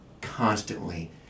constantly